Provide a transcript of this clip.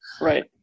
right